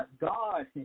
God